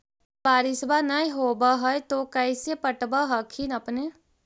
जब बारिसबा नय होब है तो कैसे पटब हखिन अपने?